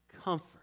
comfort